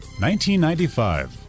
1995